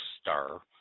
star